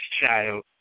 child